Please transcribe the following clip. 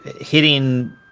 hitting